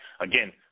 again